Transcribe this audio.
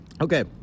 Okay